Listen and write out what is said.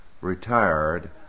retired